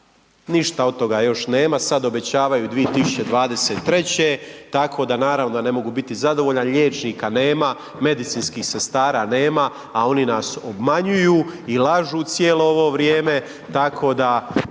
Ništa od toga još nema, sad obećavaju 2023. tako da naravno da ne mogu biti zadovoljan, liječnika nema, medicinskih sestara nema, a oni nas obmanjuju i lažu cijelo ovo vrijeme, tako da